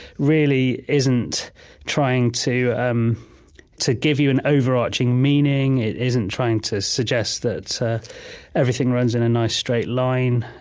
really isn't trying to um to give you an overarching meaning. it isn't trying to suggest that everything runs in a nice, straight line.